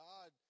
God